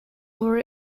over